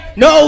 no